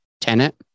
tenant